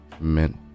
Mint